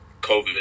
COVID